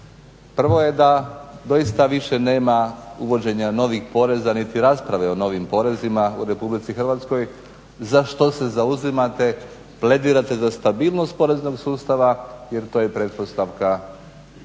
Prvo je da doista više nema uvođenja novih poreza niti rasprave o novim porezima u Republici Hrvatskoj za što se zauzimate, pledirate za stabilnost poreznog sustava jer to je pretpostavka